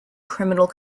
criminal